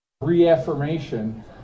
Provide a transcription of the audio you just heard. Reaffirmation